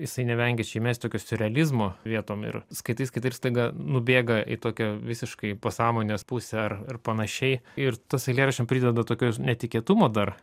jisai nevengė čia įmest tokio siurrealizmo vietom ir skaitai skaitai ir staiga nubėga į tokią visiškai pasąmonės pusę ar ar panašiai ir tas eilėraščiam prideda tokio netikėtumo dar